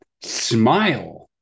smile